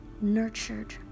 nurtured